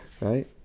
right